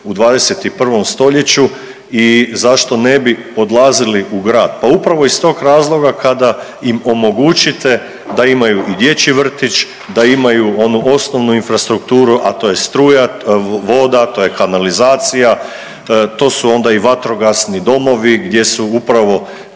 u 21. stoljeću i zašto ne bi odlazili u grad, pa upravo iz tog razloga kada im omogućite da imaju i dječji vrtić, da imaju onu osnovnu infrastrukturu, a to je struja, voda, to je kanalizacija, to su onda i vatrogasni domovi gdje su upravo